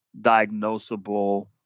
diagnosable